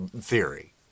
theory